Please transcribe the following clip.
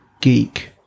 geek